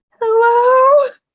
hello